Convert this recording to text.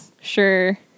sure